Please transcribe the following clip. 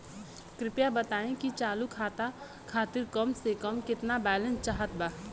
कृपया बताई कि चालू खाता खातिर कम से कम केतना बैलैंस चाहत बा